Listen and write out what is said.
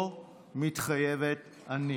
או "מתחייבת אני".